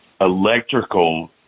electrical